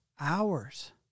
hours